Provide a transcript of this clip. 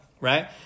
right